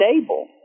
stable